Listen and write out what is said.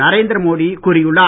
நரேந்திர மோடி கூறியுள்ளார்